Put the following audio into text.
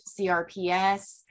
CRPS